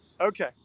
Okay